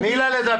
תני לה לדבר.